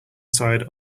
side